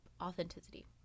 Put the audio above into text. authenticity